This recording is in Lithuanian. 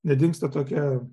nedingsta tokia